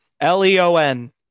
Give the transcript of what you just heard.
l-e-o-n